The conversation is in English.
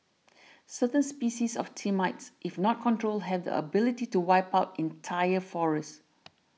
certain species of termites if not controlled have the ability to wipe out entire forests